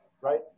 Right